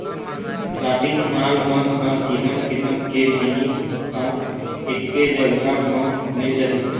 shopping mall मन ह किसम किसम के जिनिस ह एके जघा म मिल जाथे